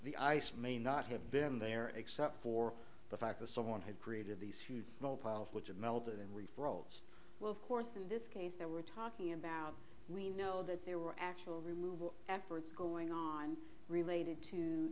the ice may not have been there except for the fact that someone had created these huge snow piles which had melted and we froze well of course in this case that we're talking about we know that there were actual removal efforts going on related to